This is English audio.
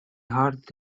heart